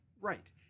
right